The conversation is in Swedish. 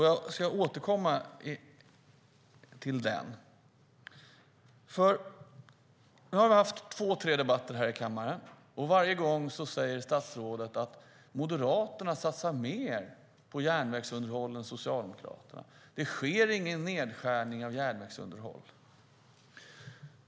Jag återkommer till den. Nu har vi haft två tre debatter här i kammaren, och varje gång säger statsrådet att Moderaterna satsar mer på järnvägsunderhåll än Socialdemokraterna och att det inte sker någon nedskärning av järnvägsunderhåll.